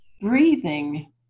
Breathing